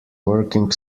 working